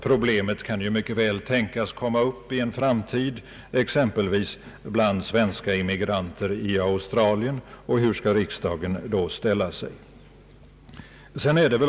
Problemet kan mycket väl tänkas komma upp i en framtid, exempelvis bland svenska immigranter i Australien. Hur skall riksdagen då ställa sig?